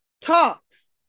Talks